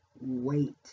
wait